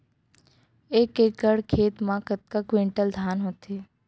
एक एकड़ खेत मा कतका क्विंटल धान होथे?